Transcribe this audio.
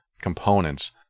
components